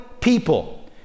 people